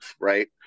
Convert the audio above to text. right